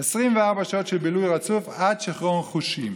24 שעות של בילוי רצוף עד שיכרון חושים,